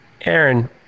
Aaron